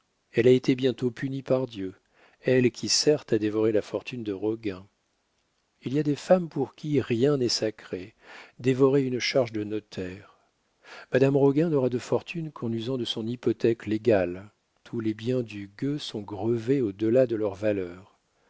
elle a été bientôt punie par dieu elle qui certes a dévoré la fortune de roguin il y a des femmes pour qui rien n'est sacré dévorer une charge de notaire madame roguin n'aura de fortune qu'en usant de son hypothèque légale tous les biens du gueux sont grevés au delà de leur valeur